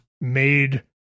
made